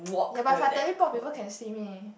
ya but if I teleport people can see me